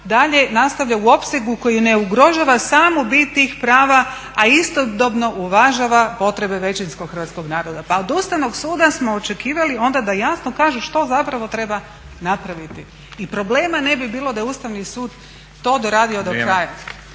dalje nastavlja, u opsegu koji ne ugrožava samu bit tih prava a istodobno uvažava potrebe većinskog hrvatskog naroda. Pa od Ustavnog suda smo očekivali onda da jasno kaže što zapravo treba napraviti. I problema ne bi bilo da je Ustavni sud to doradio do kraja.